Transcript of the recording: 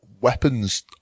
weapons